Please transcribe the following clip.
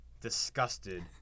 disgusted